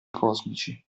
cosmici